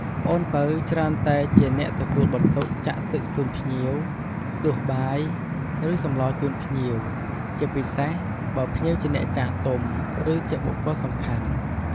ប្អូនពៅច្រើនតែជាអ្នកទទួលបន្ទុកចាក់ទឹកជូនភ្ញៀវ ដួសបាយ ឬសម្លរជូនភ្ញៀវ ជាពិសេសបើភ្ញៀវជាអ្នកចាស់ទុំ ឬ ជាបុគ្គលសំខាន់។